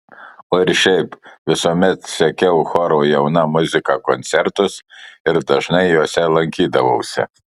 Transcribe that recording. o ir šiaip visuomet sekiau choro jauna muzika koncertus ir dažnai juose lankydavausi